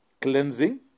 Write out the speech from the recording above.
cleansing